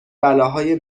بلاهای